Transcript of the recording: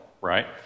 Right